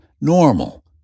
normal